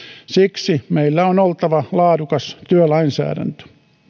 siksi meillä on oltava laadukas työlainsäädäntö